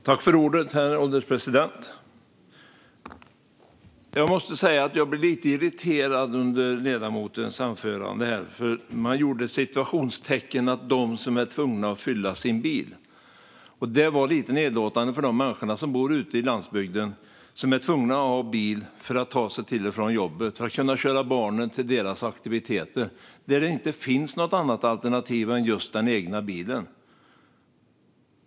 Herr ålderspresident! Jag måste säga att jag blev lite irriterad under ledamotens anförande, för hon satte citationstecken kring dem som är tvungna att fylla sin bil. Det var lite nedlåtande mot de människor som bor ute i landsbygden och inte har något alternativ till just den egna bilen utan är tvungna att ha bil för att ta sig till och från jobbet och kunna köra barnen till deras aktiviteter.